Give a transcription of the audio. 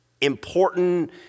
important